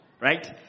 right